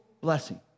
blessing